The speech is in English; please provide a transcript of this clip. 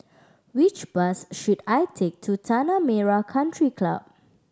which bus should I take to Tanah Merah Country Club